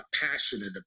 passionate